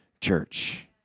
church